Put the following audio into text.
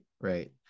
right